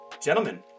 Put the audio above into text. Gentlemen